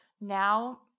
Now